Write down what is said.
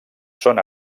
són